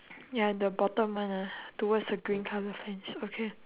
ya the bottom one ah towards the green colour fence okay